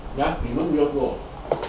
ya 你们比较多